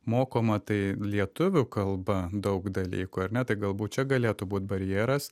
mokoma tai lietuvių kalba daug dalykų ar ne tai galbūt čia galėtų būt barjeras